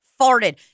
farted